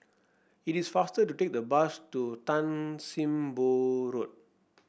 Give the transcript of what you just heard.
it is faster to take the bus to Tan Sim Boh Road